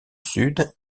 sud